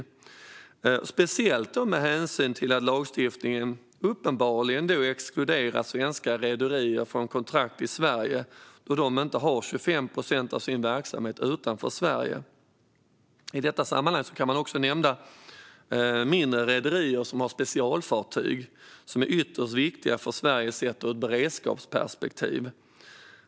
Detta gäller speciellt med hänvisning till att lagstiftningen uppenbarligen exkluderar svenska rederier från kontrakt i Sverige då de inte har 25 procent av sin verksamhet utanför Sverige. I detta sammanhang kan man också nämna mindre rederier som har specialfartyg som är ytterst viktiga för Sverige sett ur ett beredskapsperspektiv.